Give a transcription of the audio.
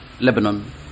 Lebanon